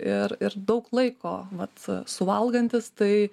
ir ir daug laiko mat suvalgantis tai